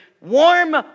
warm